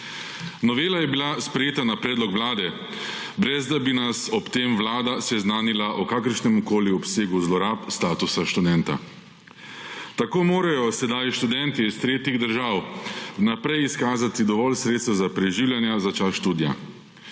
Novela je bila sprejeta na predlog vlade, brez da bi nas ob tem vlada seznanila o kakršnemkoli obsegu zlorab statusa študenta. Tako morajo sedaj študenti s tretjih držav vnaprej izkazati dovolj sredstev za preživljanje za čas študija.